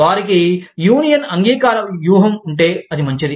వారికి యూనియన్ అంగీకార వ్యూహం ఉంటే అది మంచిది